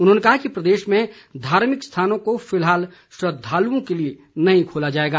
उन्होंने कहा कि प्रदेश में धार्मिक स्थानों को फिलहाल श्रद्दालुओं के लिए नहीं खोला जाएगा